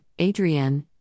Adrienne